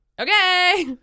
okay